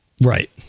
right